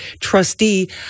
trustee